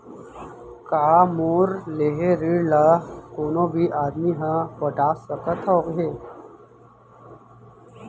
का मोर लेहे ऋण ला कोनो भी आदमी ह पटा सकथव हे?